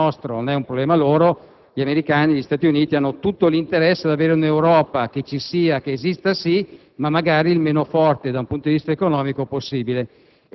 per quanto riguarda la Turchia. Gli Stati Uniti sono a 12.000 chilometri dalla Turchia, la vedono esclusivamente come una base militare importante per gestire questa parte del mondo.